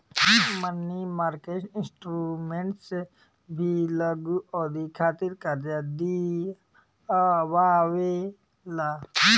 मनी market instruments भी लघु अवधि खातिर कार्जा दिअवावे ला